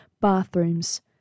bathrooms